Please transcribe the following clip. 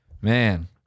Man